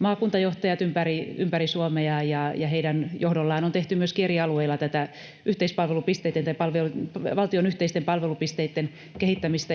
maakuntajohtajat ympäri Suomea, ja heidän johdollaan on tehty myöskin eri alueilla ja eri maakunnissa tätä valtion yhteisten palvelupisteitten kehittämistä